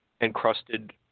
encrusted